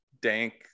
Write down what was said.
dank